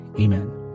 Amen